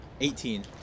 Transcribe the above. Eighteen